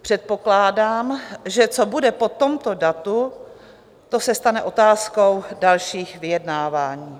Předpokládám, že co bude po tomto datu, to se stane otázkou dalších vyjednávání.